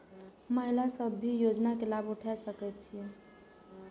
महिला सब भी योजना के लाभ उठा सके छिईय?